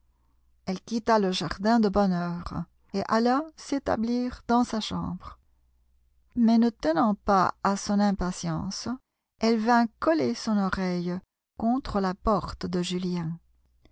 elle quitta le jardin de bonne heure et alla s'établir dans sa chambre mais ne tenant pas à son impatience elle vint coller son oreille contre la porte de julien